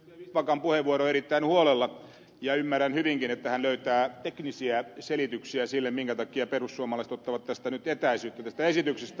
vistbackan puheenvuoroa erittäin huolella ja ymmärrän hyvinkin että hän löytää teknisiä selityksiä sille minkä takia perussuomalaiset ottavat nyt etäisyyttä tästä esityksestä